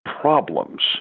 problems